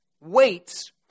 waits